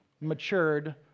matured